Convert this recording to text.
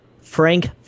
Frank